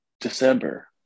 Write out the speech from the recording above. December